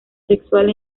sexual